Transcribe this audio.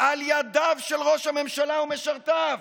על ידיו של ראש הממשלה ומשרתיו.